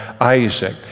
Isaac